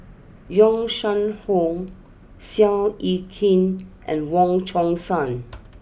Yong Shu Hoong Seow Yit Kin and Wong Chong Sai